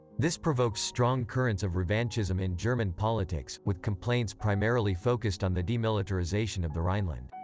this provoked strong currents of revanchism in german politics, with complaints primarily focused on the demilitarization of the rhineland.